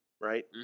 right